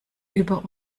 über